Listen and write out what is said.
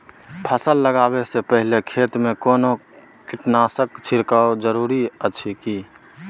फसल लगबै से पहिने खेत मे कोनो कीटनासक छिरकाव जरूरी अछि की?